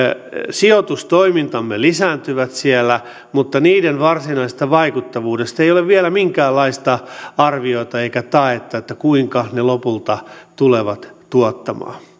sijoitustoimintamme lisääntyvät siellä mutta niiden varsinaisesta vaikuttavuudesta ei ole vielä minkäänlaista arviota eikä taetta kuinka ne lopulta tulevat tuottamaan